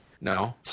No